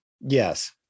Yes